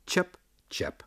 čiap čiap